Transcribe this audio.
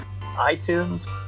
iTunes